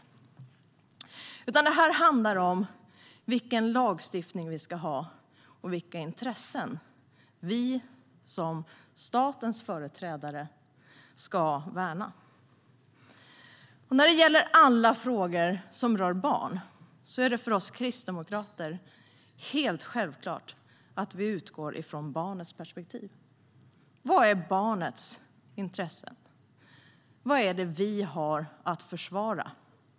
Detta handlar i stället om vilken lagstiftning som vi ska ha och vilka intressen som vi som statens företrädare ska värna. När det gäller alla frågor som rör barn är det för oss kristdemokrater helt självklart att vi utgår från barnets perspektiv. Vad är barnets intressen? Vad är det som vi har att försvara?